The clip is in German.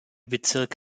bezirk